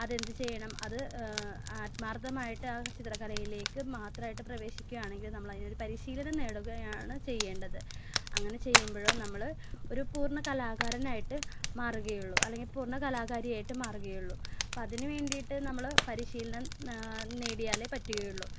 അതെന്ത് ചെയ്യണം അത് ആത്മാർത്ഥമായിട്ടാണ് ചിത്രകലയിലേക്ക് മാത്രമായിട്ട് പ്രവേശിക്കുകയാണെങ്കിൽ നമ്മൾ അതിനൊരു പരിശീലനം നേടുകയാണ് ചെയ്യേണ്ടത് അങ്ങനെ ചെയ്യുമ്പോൾ നമ്മൾ ഒരു പൂർണ്ണ കലാകാരനായിട്ട് മാറുകയുള്ളൂ അല്ലെങ്കിൽ ഒരു പൂർണ്ണ കലാകാരിയായിട്ട് മാറുകയുള്ളു അപ്പോൾ അതിന് വേണ്ടിയിട്ട് നമ്മൾ പരിശീലനം നേടിയാലേ പറ്റുകയുള്ളു